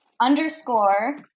underscore